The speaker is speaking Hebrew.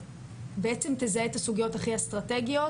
שבעצם תזהה את הסוגיות הכי אסטרטגיות,